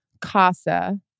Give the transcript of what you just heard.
Casa